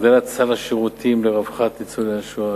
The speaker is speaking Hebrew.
הגדלת סל השירותים לרווחת ניצולי השואה,